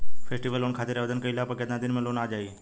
Festival loan खातिर आवेदन कईला पर केतना दिन मे लोन आ जाई?